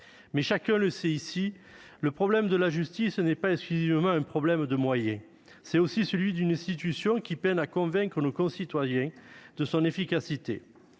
Mais chacun le sait ici, le problème de la justice n'est pas exclusivement un problème de moyens. C'est aussi celui d'une institution qui peine à convaincre nos concitoyens de son efficacité.